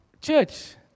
church